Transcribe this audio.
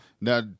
now